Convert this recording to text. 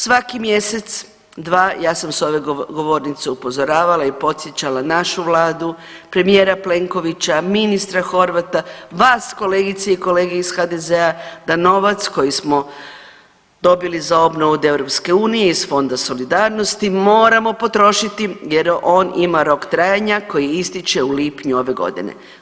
Svaki mjesec, dva ja sam s ove govornice upozoravala i podsjećala našu vladu, premijera Plenkovića, ministra Horvata, vas kolegice i kolege iz HDZ-a da novac koji smo dobili za obnovu od EU iz Fonda solidarnosti moramo potrošiti jer on ima rok trajanja koji ističe u lipnju ove godine.